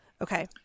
Okay